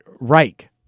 Reich